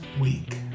week